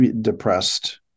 depressed